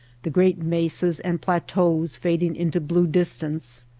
the great mesas and plateaus fading into blue distance,